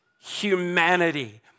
humanity